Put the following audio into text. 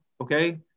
okay